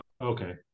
Okay